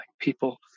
people